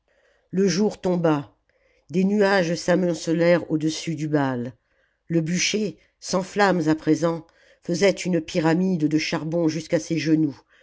le jour tomba des nuages s'amoncelèrent au-dessus du baai le bûcher sans flammes à présent faisait une pyramide de charbons jusqu'à ses genoux